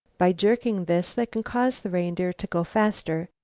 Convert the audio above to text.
by jerking this they can cause the reindeer to go faster,